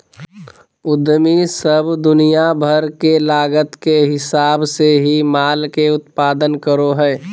उद्यमी सब दुनिया भर के लागत के हिसाब से ही माल के उत्पादन करो हय